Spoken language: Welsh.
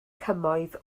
cymoedd